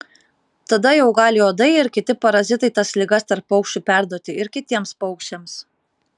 tada jau gali uodai ir kiti parazitai tas ligas tarp paukščių perduoti ir kitiems paukščiams